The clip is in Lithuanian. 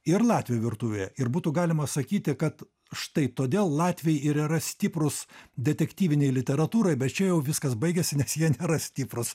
ir latvių virtuvėje ir būtų galima sakyti kad štai todėl latviai ir yra stiprūs detektyvinėj literatūroj bet čia jau viskas baigiasi nes jie nėra stiprūs